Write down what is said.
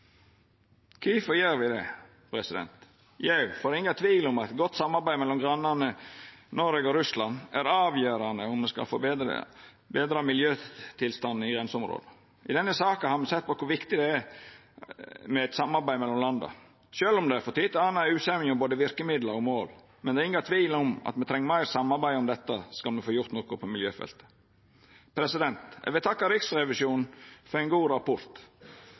Kvifor gjer me det? Jo, fordi det er ingen tvil om at godt samarbeid mellom grannane Noreg og Russland er avgjerande om me skal få betra miljøtilstanden i grenseområda. I denne saka har me sett på kor viktig det er med eit samarbeid mellom landa. Sjølv om det frå tid til anna er usemje om både verkemiddel og mål, er det ingen tvil om at me treng meir samarbeid om dette skal me få gjort noko på miljøfeltet. Eg vil takka Riksrevisjonen for ein god rapport.